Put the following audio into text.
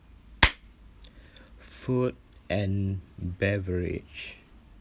food and beverage